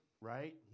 right